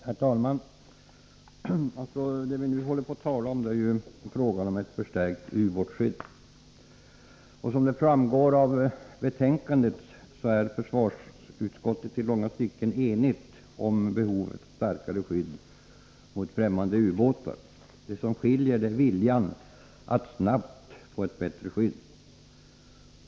Nr 52 Herr talman! Det vi nu håller på att tala om är frågan om ett förstärkt Måndagen den ubåtsskydd. Som framgår av betänkandet är försvarsutskottet i långa stycken 19 december 1983 enigt om behovet av ett starkare skydd mot främmande ubåtar. Det som skiljer är viljan att snabbt få ett bättre skydd.